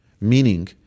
Meaning